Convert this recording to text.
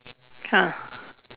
!huh!